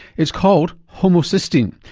it's called homocysteine,